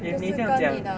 if 你这样讲